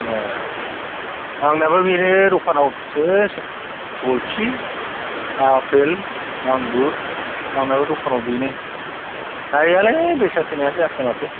ए आंनाबो बेनो दखानाव सेस जलफि आपेल आंगुर आंनाबो दखानाव बेनो जाया लै बेसा किनायानो जायाखै माथो